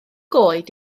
goed